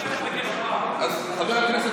שאתה תדבר על, חבר הכנסת